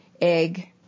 egg